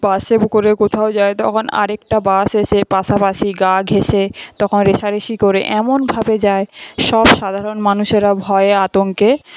বাসে করে কোথাও যাই তখন আরেকটা বাস এসে পাশাপাশি গা ঘেঁষে তখন রেষারেষি করে এমনভাবে যায় সব সাধারণ মানুষেরা ভয়ে আতঙ্কে